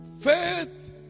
Faith